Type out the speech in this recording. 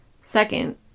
Second